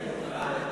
אשר